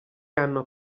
hanno